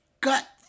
gut